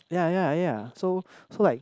ya yeah yeah so so like